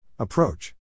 Approach